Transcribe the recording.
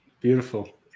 beautiful